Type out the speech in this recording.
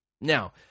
Now